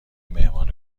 مهمان